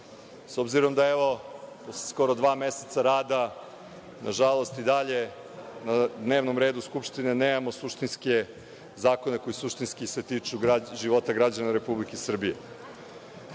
s obzirom da, evo, skoro dva meseca rada, na žalost i dalje na dnevnom redu Skupštine nemamo suštinske zakone, koji se suštinski tiču života građana Republike Srbije. Prvi